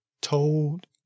told